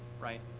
right